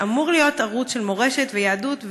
שאמור להיות ערוץ של מורשת ויהדות,